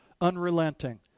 unrelenting